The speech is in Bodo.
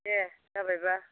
दे जाबायबा